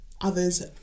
others